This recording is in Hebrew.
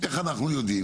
איך אנחנו יודעים.